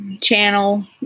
channel